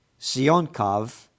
Sionkov